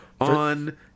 on